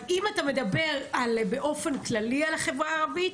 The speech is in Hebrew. אבל האם אתה מדבר באופן כללי על החברה הערבית?